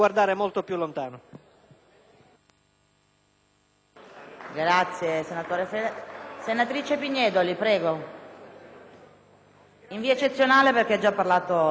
Grazie,